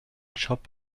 job